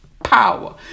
Power